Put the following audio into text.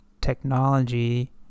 technology